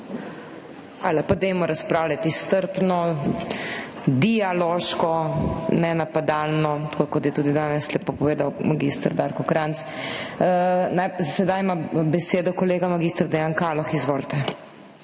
Pa dajmo razpravljati strpno, dialoško, ne napadalno, tako kot je tudi danes lepo povedal mag. Darko Krajnc. Sedaj ima besedo kolega mag. Dejan Kaloh. Izvolite.